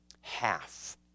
Half